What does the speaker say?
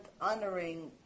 honoring